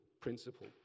principle